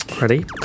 Ready